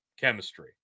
chemistry